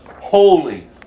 holy